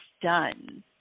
done